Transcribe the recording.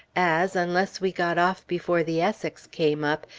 as, unless we got off before the essex came up,